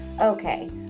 Okay